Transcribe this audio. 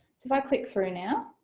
so if i click through now,